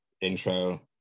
intro